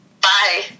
Bye